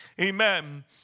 amen